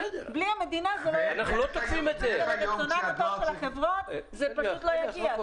בלי המדינה זה לא יגיע --- רצונה הטוב של החברה זה פשוט לא יגיע,